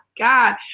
God